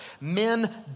Men